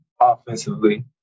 offensively